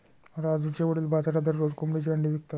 राजूचे वडील बाजारात दररोज कोंबडीची अंडी विकतात